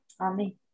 Amen